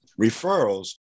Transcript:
referrals